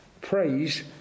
Praise